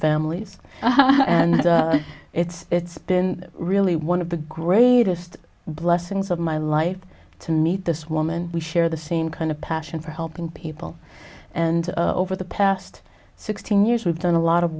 families and it's been really one of the greatest blessings of my life to meet this woman we share the same kind of passion for helping people and over the past sixteen years we've done a lot of